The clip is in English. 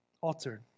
altered